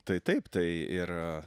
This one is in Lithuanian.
tai taip tai ir